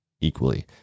equally